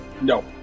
No